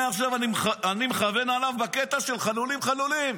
מעכשיו אני מכוון עליו בקטע של "חלולים חלולים".